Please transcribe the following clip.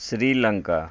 Sri Lanka